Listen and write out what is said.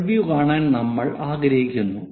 front view കാണാൻ നമ്മൾ ആഗ്രഹിക്കുന്നു